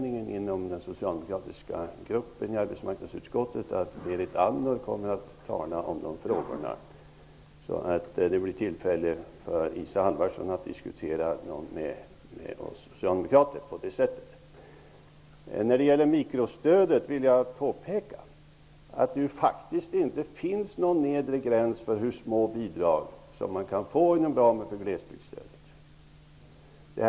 Inom den socialdemokratiska gruppen i arbetsmarknadsutskottet har vi den arbetsfördelningen att Berit Andnor kommer att tala om de frågorna. Det blir tillfälle för Isa Halvarsson att diskutera de frågorna med oss socialdemokrater. När det gäller mikrostödet vill jag påpeka att det faktiskt inte finns någon nedre gräns för hur små bidrag som man kan få inom ramen för glesbygdsstödet.